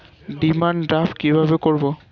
Demand draft কীভাবে করব?